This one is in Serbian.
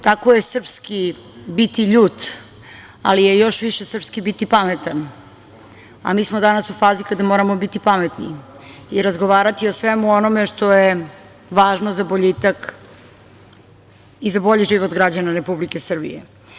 Tako je srpski biti ljut, ali je još više srpski biti pametan, a mi smo danas u fazi kada moramo biti pametni i razgovarati o svemu onome što je važno za boljitak i za bolji život građana Republike Srbije.